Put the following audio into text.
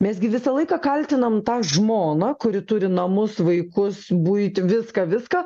mes gi visą laiką kaltinam tą žmoną kuri turi namus vaikus buitį viską viską